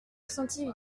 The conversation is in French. senti